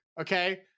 okay